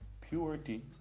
purity